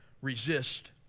resist